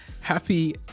Happy